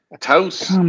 Toast